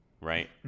right